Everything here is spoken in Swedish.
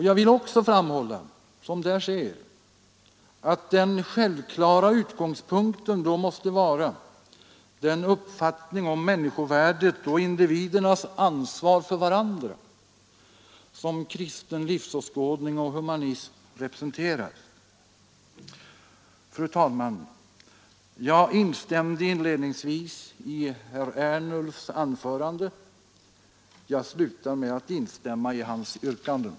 Jag vill också framhålla, som sker i yttrandet, att den självklara utgångspunkten då måste vara den uppfattning om människovärdet och individernas ansvar för varandra som kristen livsåskådning och humanism representerar. Fru talman! Jag instämde inledningsvis i herr Ernulfs anförande. Jag slutar med att instämma i hans yrkanden.